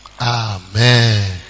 Amen